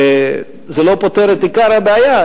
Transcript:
זה לא פותר את עיקר הבעיה.